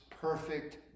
perfect